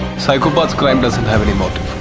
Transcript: psychopath's crime doesn't have any motive.